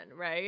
right